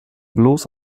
bloß